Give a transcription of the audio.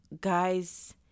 guys